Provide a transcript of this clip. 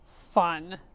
fun